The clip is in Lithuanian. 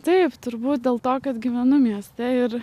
taip turbūt dėl to kad gyvenu mieste ir